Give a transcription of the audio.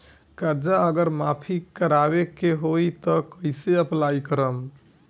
कर्जा अगर माफी करवावे के होई तब कैसे अप्लाई करम?